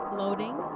loading